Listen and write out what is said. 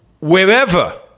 wherever